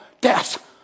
Death